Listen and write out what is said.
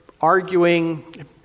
arguing